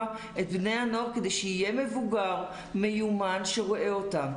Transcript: את בני הנוער כדי שיהיה מבוגר מיומן שרואה אותם.